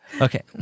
Okay